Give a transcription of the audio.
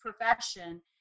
profession